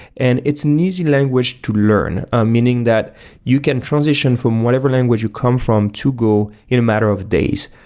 and it's an easy language to learn. ah meaning, that you can transition from whatever language you come from to go in a matter of days.